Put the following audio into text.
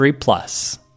Plus